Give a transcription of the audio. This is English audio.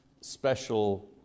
special